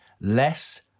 less